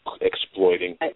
exploiting